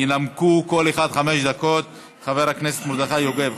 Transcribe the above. ינמקו כל אחד בחמש דקות: חבר הכנסת מרדכי יוגב,